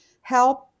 help